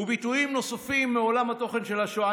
וביטויים נוספים מעולם התוכן של השואה.